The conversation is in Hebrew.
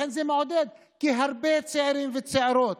לכן, זה מעודד, כי הרבה צעירים וצעירות